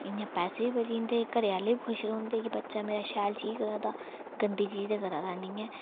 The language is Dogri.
इं'या पैसे बी बची जंदे घरै आह्ले बी खुश रौंह्दे के बच्चा मेरा शैल चीज़ करा दा गंदी चीज़ करा दा निं ऐ